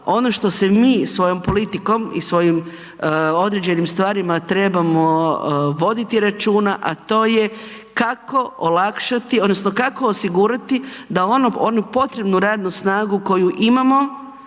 ono što se mi svojom politikom i svojom određenim stvarima trebamo voditi računa, a to je kako olakšati, odnosno kako osigurati da ono, onu potrebnu radnu snagu koju imamo